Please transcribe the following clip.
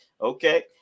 Okay